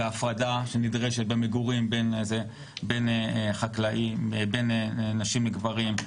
וההפרדה הנדרשת במגורים בין נשים לגברים,